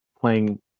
playing